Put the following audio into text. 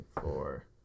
four